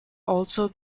also